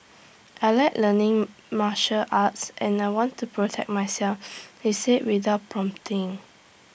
I Like learning martial arts and I want to protect myself he said without prompting